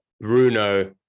Bruno